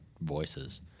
voices